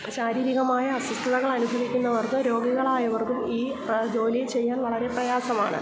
ശാരീരികമായ അസ്വസ്ഥതകൾ അനുഭവിക്കുന്നവർക്ക് രോഗികളായവർക്കും ഈ ജോലി ചെയ്യാൻ വളരെ പ്രയാസമാണ്